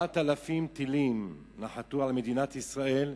7,000 טילים נחתו על מדינת ישראל,